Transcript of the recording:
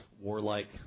warlike